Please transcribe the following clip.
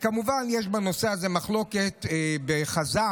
מובן שיש בנושא הזה מחלוקת בחז"ל,